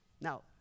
Now